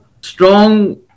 strong